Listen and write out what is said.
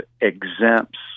exempts